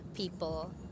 People